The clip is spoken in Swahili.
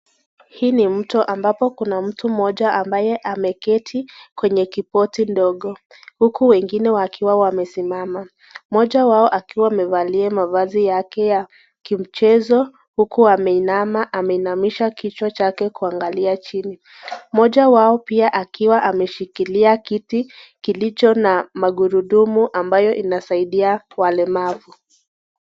Hii ni mto ambapo kuna mtu moja ambaye ameketi, kwenye kipoti ndogo. Huku wengine wakiwa wamesimama . Moja wao akiwa amevalia mavazi yake ya kimchezo. Huku ameinama, ameinamisha kichwa chake kuangalia chini. Moja wao pia akiwa ameshikilia kiti kilicho na magurudumu ambayo inaisaidia walemavu.